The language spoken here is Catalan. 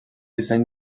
disseny